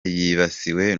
yibasiwe